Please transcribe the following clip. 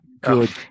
good